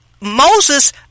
Moses